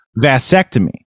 vasectomy